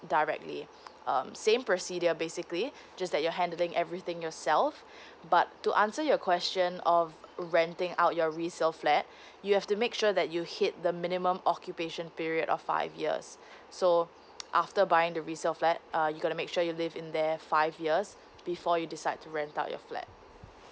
directly um same procedure basically just that you're handling everything yourself but to answer your question of renting out your resale flat you have to make sure that you hit the minimum occupation period of five years so after buying the resale flat uh you going to make sure you live in there five years before you decide to rent out your flat